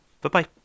bye-bye